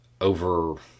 over